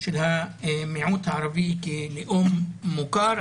של המיעוט הערבי כלאום מוכר.